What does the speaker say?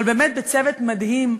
אבל באמת בצוות מדהים,